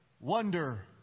wonder